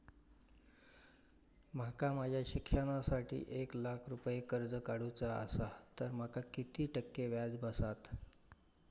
माका माझ्या शिक्षणासाठी एक लाख रुपये कर्ज काढू चा असा तर माका किती टक्के व्याज बसात?